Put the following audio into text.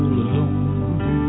alone